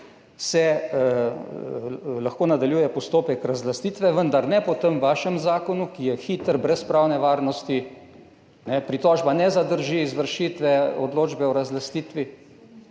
se lahko nadaljuje postopek razlastitve. Vendar ne po tem vašem zakonu, ki je hiter, brez pravne varnosti, pritožba ne zadrži izvršitve odločbe o razlastitvi.